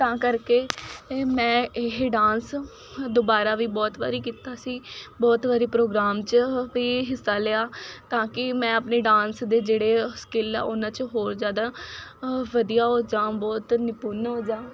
ਤਾਂ ਕਰਕੇ ਇਹ ਮੈਂ ਇਹ ਡਾਂਸ ਦੁਬਾਰਾ ਵੀ ਬਹੁਤ ਵਾਰੀ ਕੀਤਾ ਸੀ ਬਹੁਤ ਵਾਰੀ ਪ੍ਰੋਗਰਾਮ 'ਚ ਵੀ ਹਿੱਸਾ ਲਿਆ ਤਾਂ ਕਿ ਮੈਂ ਆਪਣੇ ਡਾਂਸ ਦੇ ਜਿਹੜੇ ਸਕਿਲ ਆ ਉਹਨਾਂ 'ਚ ਹੋਰ ਜ਼ਿਆਦਾ ਵਧੀਆ ਉਹ ਜਾਂ ਬਹੁਤ ਨਿਪੁੰਨ ਹੋ ਜਾਂ